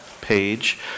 page